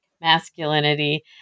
masculinity